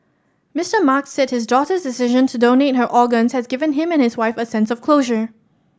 Mister Mark said his daughter's decision to donate her organ has given him and his wife a sense of closure